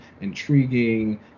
intriguing